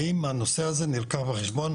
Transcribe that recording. האם הנושא הזה נלקח בחשבון,